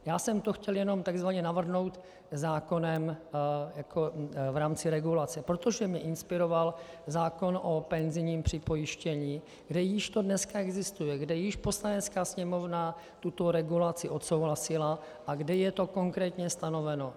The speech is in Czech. Já jsem to chtěl jenom takzvaně navrhnout zákonem v rámci regulace, protože mě inspiroval zákon o penzijním připojištění, kde již to dneska existuje, kde již Poslanecká sněmovna tuto regulaci odsouhlasila a kde je to konkrétně stanoveno.